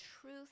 truth